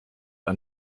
ein